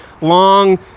Long